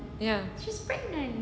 ya